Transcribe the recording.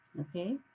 okay